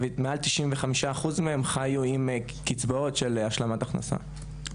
ומעל 95% מהם חיו עם קצבאות של השלמת הכנסה.